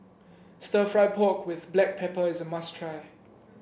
stir fry pork with Black Pepper is a must try